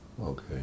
Okay